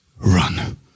Run